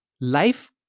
Life